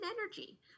energy